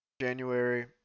January